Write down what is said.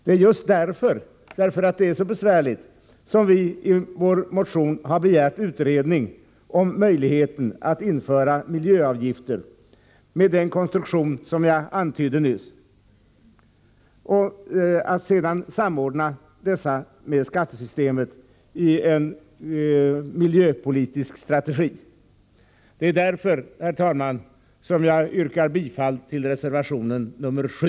Det är just därför att det är så besvärligt som vi i vår motion har begärt utredning om möjligheten att införa miljöavgifter med den konstruktion som jag nyss antytt och att samordna dessa med skattesystemet i en miljöpolitisk strategi. Därför, herr talman, yrkar jag bifall till reservation 7.